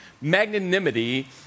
magnanimity